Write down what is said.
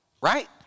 Right